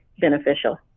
beneficial